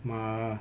ma~